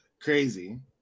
crazy